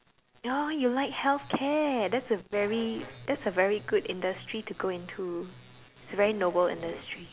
oh you like healthcare that's a very that's a very good industry to go into it's a very noble industry